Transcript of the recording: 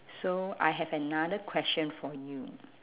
so I have another question for you